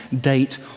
date